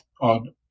on